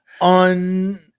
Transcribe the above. on